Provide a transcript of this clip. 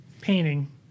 painting